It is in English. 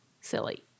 silly